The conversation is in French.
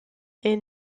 est